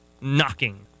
knocking